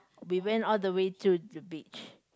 we went all the way to the beach